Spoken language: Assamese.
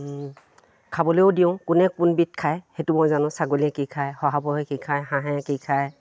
খাবলেও দিওঁ কোনে কোনবিধ খায় সেইটো মই জানো ছাগলীয়ে কি খায় শহাপহুৱে কি খায় হাঁহে কি খায়